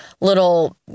little